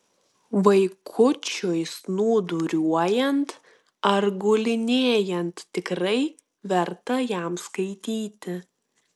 vaikučiui snūduriuojant ar gulinėjant tikrai verta jam skaityti